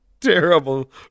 terrible